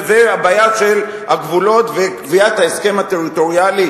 שזה הבעיה של הגבולות וקביעת ההסכם הטריטוריאלי